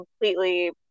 completely